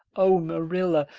oh, marilla,